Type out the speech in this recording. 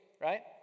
right